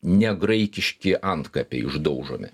negraikiški antkapiai išdaužomi